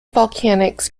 volcanics